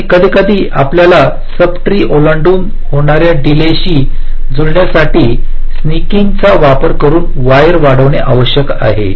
आणि कधीकधी आपल्याला सब ट्री ओलांडून होणाऱ्या डिले शी जुळण्यासाठी स्निकिंगचा वापर करून वायर वाढवणे आवश्यक आहे